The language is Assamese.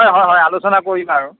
হয় হয় হয় আলোচনা কৰিম আৰু